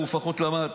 הוא לפחות למד.